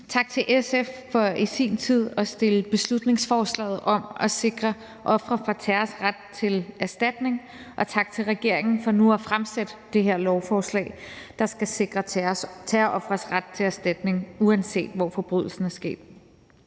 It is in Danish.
Tak til SF for i sin tid at fremsætte beslutningsforslaget om at sikre terrorofres ret til erstatning, og tak til regeringen for nu at fremsætte det her lovforslag, der skal sikre terrorofres ret til erstatning, uanset hvor forbrydelsen er sket.